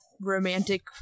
romantic